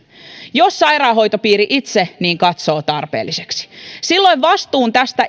jos sairaanhoitopiiri itse niin katsoo tarpeelliseksi silloin tästä ikään